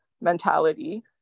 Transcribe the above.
mentality